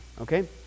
okay